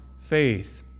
faith